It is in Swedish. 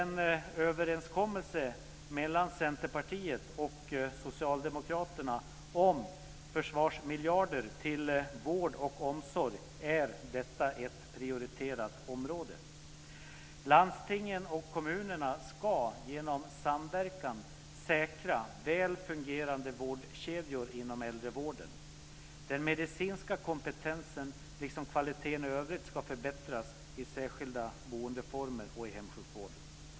I överenskommelsen mellan Centerpartiet och Socialdemokraterna om försvarsmiljarder till vård och omsorg är detta ett prioriterat område. Landstingen och kommunerna ska genom samverkan säkra väl fungerande vårdkedjor inom äldrevården. Den medicinska kompetensen, liksom kvaliteten i övrigt, ska förbättras i särskilda boendeformer och i hemsjukvården.